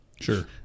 Sure